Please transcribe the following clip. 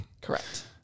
Correct